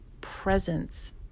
presence